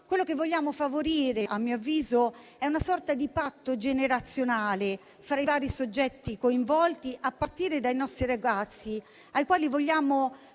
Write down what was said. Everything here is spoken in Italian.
Quello che vogliamo favorire, a mio avviso, è una sorta di patto generazionale fra i vari soggetti coinvolti, a partire dai nostri ragazzi, ai quali vogliamo far